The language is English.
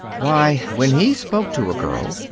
why, when he spoke to a girl,